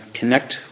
connect